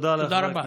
תודה רבה.